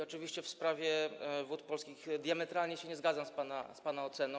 Oczywiście w sprawie Wód Polskich diametralnie się nie zgadzam z pana oceną.